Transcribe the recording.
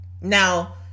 now